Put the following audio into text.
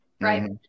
right